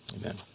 Amen